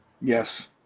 Yes